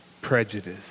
prejudice